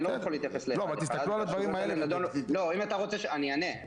אני אענה.